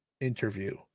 interview